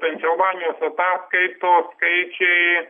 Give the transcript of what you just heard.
pensilvanijos ataskaitų skaičiai